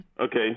Okay